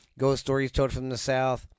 ghoststoriestoldfromthesouth